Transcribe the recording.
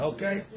Okay